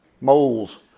moles